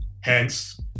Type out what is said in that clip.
Hence